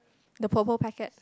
the purple packet